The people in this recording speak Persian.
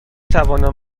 توانم